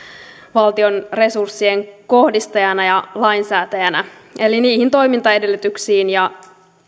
valtion resurssien kohdistajana ja lainsäätäjänä eli niihin toimintaedellytyksiin ja